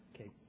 Okay